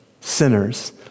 sinners